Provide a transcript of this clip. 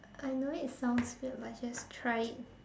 I know it sounds weird but it's just try it